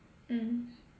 mm